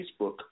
Facebook